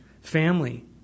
family